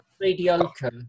Mediocre